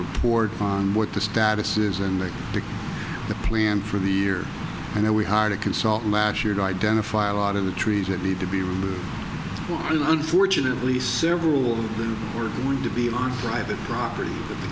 report on what the status is and they did the plan for the year and then we hired a consultant last year to identify a lot of the trees that need to be removed and unfortunately several of them were going to be on private property th